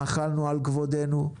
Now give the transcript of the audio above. מחלנו על כבודנו,